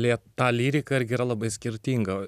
lėta lyrika irgi yra labai skirtinga